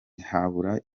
ntihabura